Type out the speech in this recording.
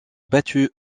battu